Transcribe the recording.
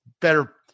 better